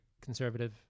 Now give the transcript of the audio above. conservative